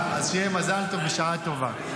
אז שיהיה מזל טוב, בשעה טובה.